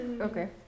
Okay